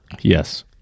Yes